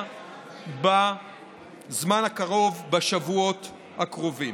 בזמן הקרוב, בשבועות הקרובים.